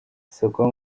isoko